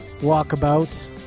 walkabout